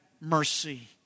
mercy